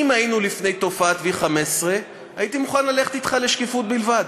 אם היינו לפני תופעת V15 הייתי מוכן ללכת אתך לשקיפות בלבד.